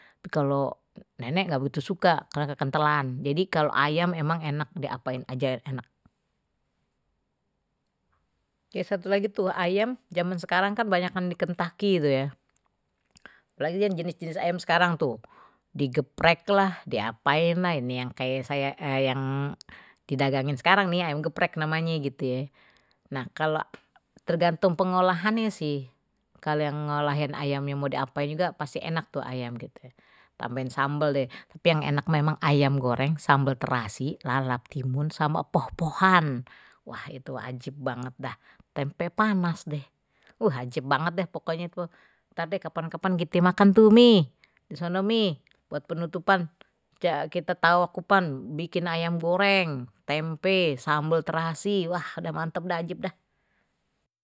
Kalau nenek nggak begitu suka karena kekentalan, jadi kalau ayam emang enak diapain aja enak, ya satu lagi tuh ayam zaman sekarang kan banyakan dikentaki gitu ya apalagi jangan jenis-jenis ayam sekarang tuh digeprek lah diapain lah ini yang kayak saya yang didagangin sekarang nih ayam geprek namanye gitu ya nah kalau tergantung pengolahannya sih kalau yang ngolahin ayamnye mau diapain juga pasti enak tuh ayam gitu tambahin sambel deh tapi yang enak memang ayam goreng sambal terasi lalap timun sama pohpohan, wah itu ajib banget dah tempe panas deh ajib banget deh pokoknya tuh ntar deh kapan-kapan gitu makan mi disono buat penutupan kita tawakufan bikin ayam goreng tempe sambel terasi wah sudah mantap dah ajib dah.